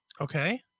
Okay